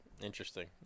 Interesting